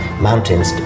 Mountains